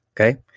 Okay